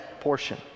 portion